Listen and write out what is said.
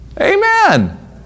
Amen